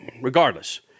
regardless